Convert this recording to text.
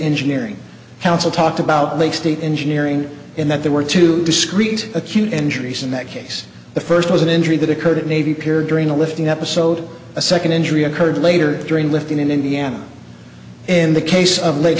engineering counsel talked about lake state engineering in that there were two discrete acute injuries in that case the first was an injury that occurred at navy pier during a lifting episode a second injury occurred later during lift in indiana in the case of lake